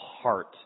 heart